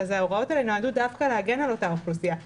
ההוראות האלה נועדו דווקא להגן על האוכלוסייה הזאת